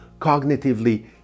cognitively